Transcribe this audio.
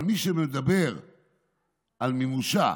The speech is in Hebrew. אבל מי שמדבר על מימושה